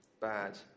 bad